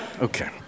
Okay